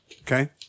Okay